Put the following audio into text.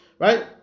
Right